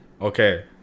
Okay